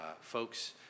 folks